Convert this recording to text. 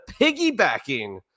piggybacking